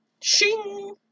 shing